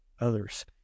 others